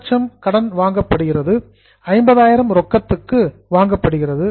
150 கடனுக்கு வாங்கப்படுகிறது 50000 ரொக்கத்துக்கு வாங்கப்படுகிறது